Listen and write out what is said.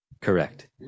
correct